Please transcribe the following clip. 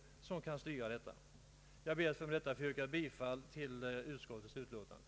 Herr talman! Jag ber att med detta få yrka bifall till utskottets hemställan.